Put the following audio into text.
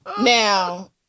now